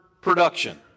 production